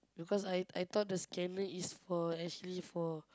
because I I thought the scanner is for actually for